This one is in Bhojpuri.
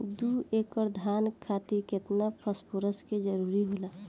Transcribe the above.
दु एकड़ धान खातिर केतना फास्फोरस के जरूरी होला?